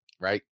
Right